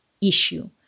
issue